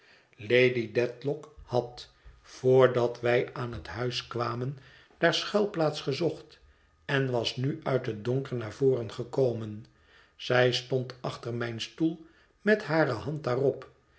lady dedlock had voordat wij aan het huis kwamen daar schuilplaats gezocht en was nu uit het donker naar voren gekomen zij stond achter mijn stoel met hare hand daarop